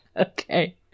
Okay